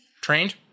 Trained